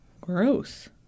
Gross